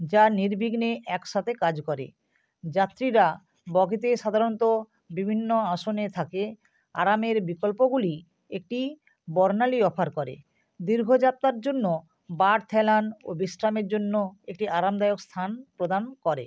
যা নির্বিঘ্নে এক সাথে কাজ করে যাত্রীরা বগিতে সাধারণত বিভিন্ন আসনে থাকে আরামের বিকল্পগুলি একটি বর্ণালি অফার করে দীর্ঘ যাত্রার জন্য বার্থ হেলান ও বিশ্রামের জন্য একটি আরামদায়ক স্থান প্রদান করে